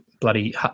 bloody